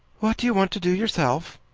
what do you want to do yourself?